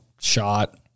shot